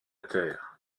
terre